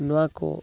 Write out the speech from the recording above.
ᱱᱚᱣᱟᱠᱚ